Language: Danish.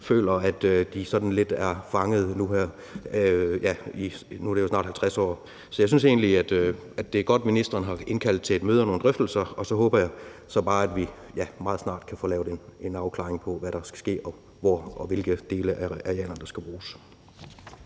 føler, at de sådan lidt er fanget, nu er det jo snart i 50 år. Så jeg synes egentlig, at det er godt, at ministeren har indkaldt til et møde og nogle drøftelser, og så håber jeg så bare, at vi meget snart kan få lavet en afklaring på, hvad der skal ske og hvor, og hvilke dele af arealerne der skal bruges.